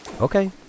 Okay